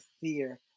fear